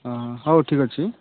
ହଉ ଠିକ୍ ଅଛି